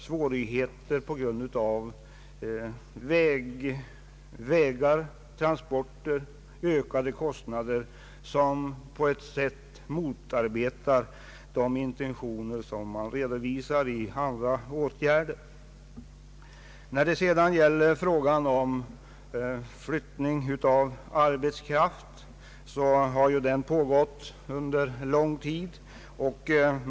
Det gäller svårigheter med vägar, transporter och ökade transportkostnader, som motarbetar de in tentioner man redovisar genom andra åtgärder. Flyttning av arbetskraft har ju pågått under lång tid.